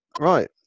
Right